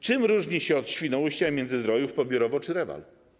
Czym różni się od Świnoujścia i Międzyzdrojów Pobierowo czy Rewal?